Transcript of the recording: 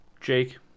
Jake